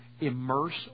immerse